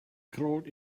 crawled